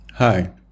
Hi